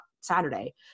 Saturday